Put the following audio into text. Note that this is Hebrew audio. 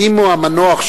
האם המנוח,